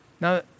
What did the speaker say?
Now